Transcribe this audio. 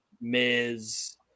Miz